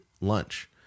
lunch